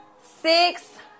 six